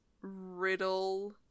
riddle